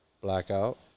blackout